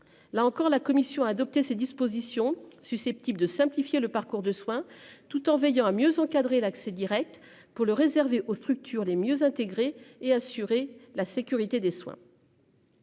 là encore la commission adopter ces dispositions susceptibles de simplifier le parcours de soins tout en veillant à mieux encadrer l'accès Direct pour le réserver aux structures les mieux intégrés et assurer la sécurité des soins.